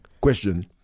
question